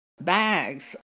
bags